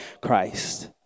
Christ